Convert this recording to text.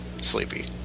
sleepy